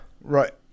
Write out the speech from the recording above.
Right